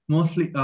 Mostly